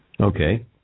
Okay